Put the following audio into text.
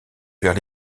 vers